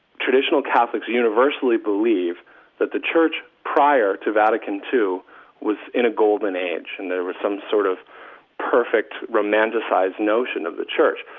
traditional catholics universally believe that the church prior to vatican ii was in a golden age and there was some sort of perfect romanticized notion of the church.